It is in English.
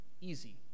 easy